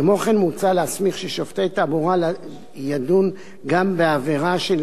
כמו כן מוצע להסמיך שופט תעבורה לדון גם בעבירה של